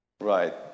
Right